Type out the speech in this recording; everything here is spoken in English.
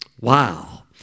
Wow